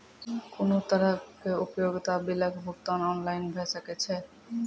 कुनू तरहक उपयोगिता बिलक भुगतान ऑनलाइन भऽ सकैत छै?